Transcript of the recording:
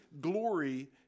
glory